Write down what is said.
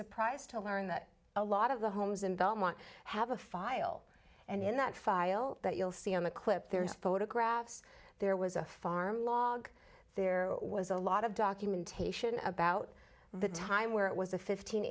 surprised to learn that a lot of the homes in belmont have a file and in that file that you'll see on the clip there's photographs there was a farm log there was a lot of documentation about the time where it was a fifteen